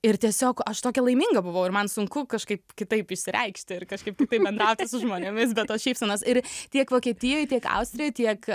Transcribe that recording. ir tiesiog aš tokia laiminga buvau ir man sunku kažkaip kitaip išsireikšti ir kažkaip kitaip bendrauti su žmonėmis bet tos šypsenos ir tiek vokietijoj tiek austrijoj tiek